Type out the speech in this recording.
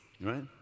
Right